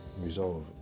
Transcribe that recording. Resolve